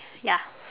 ya